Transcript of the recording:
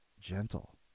gentle